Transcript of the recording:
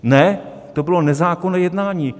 Ne, to bylo nezákonné jednání!